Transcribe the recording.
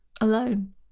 alone